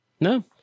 No